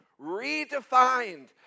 redefined